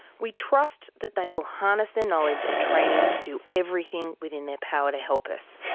we trust that they will harness their knowledge and training to do everything within their power to help us.